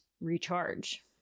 recharge